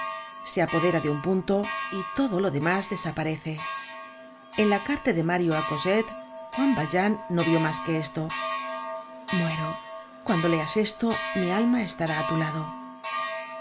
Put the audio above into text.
se apodera de un punto y todo lo demás desaparece en la carta de mario á cosette juan valjean no vió mas que esto muero cuando leas esto mi alma estará á tu lado